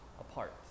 apart